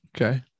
Okay